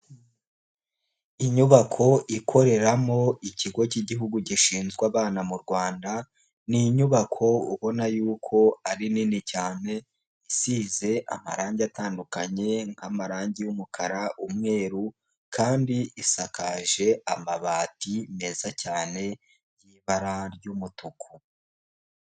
Inyubako ikoreramo ikigo cy'igihugu gishinzwe abana mu Rwanda, ni inyubako ubona y'uko ari nini cyane isize amarangi atandukanye, nk'amarangi y'umukara, umweru kandi isakaje amabati meza cyane y'ibara ry'umutuku.